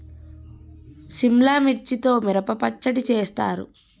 సిమ్లా మిర్చితో మిరప పచ్చడి చేస్తారు